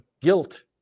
guilt